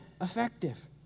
effective